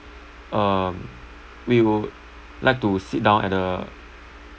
um we would like to sit down at the